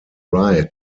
right